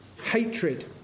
hatred